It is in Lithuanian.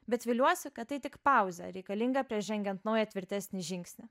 bet viliuosi kad tai tik pauzė reikalinga prieš žengiant naują tvirtesnį žingsnį